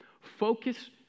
Focus